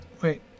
Wait